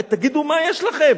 תגידו, מה יש לכם?